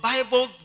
Bible